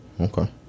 Okay